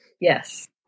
Yes